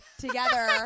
together